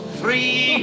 three